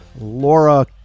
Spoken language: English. laura